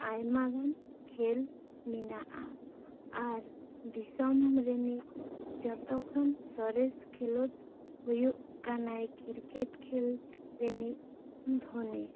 ᱟᱭᱢᱟ ᱜᱟᱱ ᱠᱷᱮᱞ ᱢᱮᱱᱟᱜ ᱟ ᱟᱨ ᱫᱤᱥᱚᱢ ᱨᱤᱱᱤᱡ ᱡᱚᱛᱚ ᱠᱷᱚᱱ ᱥᱚᱨᱮᱥ ᱠᱷᱮᱞᱳᱴᱰ ᱦᱩᱭᱩᱜ ᱠᱟᱱᱟ ᱠᱤᱨᱠᱮᱴ ᱠᱷᱮᱞ ᱨᱤᱱᱤᱡ ᱫᱷᱳᱱᱤ